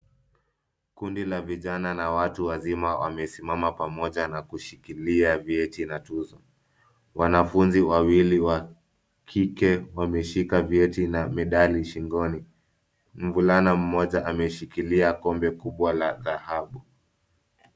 Kundi la vijana na watu wazima wamesimama pamoja na kushikilia vyeti na tuzo. Wanafunzi wawili wa kike wameshika vyeti na medali shingoni. Mvulana mmoja ameshikilia kombe kubwa la dhahabu.